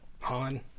Han